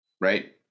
Right